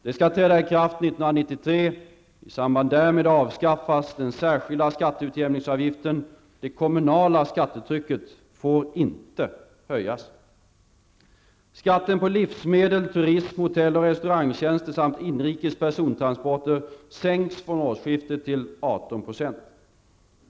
Det skall träda i kraft 1993. I samband därmed avskaffas den särskilda skatteutjämningsavgiften. Det kommunala skattetrycket får inte höjas. Skatten på livsmedel, turism, hotell och restaurangtjänster samt inrikes persontransporter sänks från årsskiftet till 18 %.